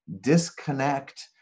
disconnect